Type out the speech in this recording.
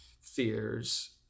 fears